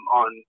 on